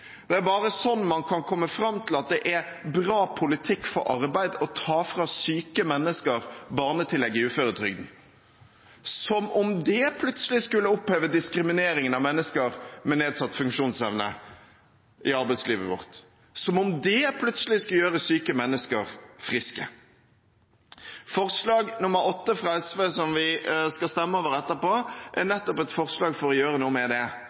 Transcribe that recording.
Det er bare sånn man kan komme fram til at det er god politikk for arbeid å ta fra syke mennesker barnetillegget i uføretrygden. Som om det plutselig skulle oppheve diskrimineringen av mennesker med nedsatt funksjonsevne i arbeidslivet vårt, som om det plutselig skulle gjøre syke mennesker friske. Forslag nr. 8, fra SV, som vi skal stemme over etterpå, er nettopp et forslag for å gjøre noe med dette. Det